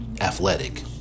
athletic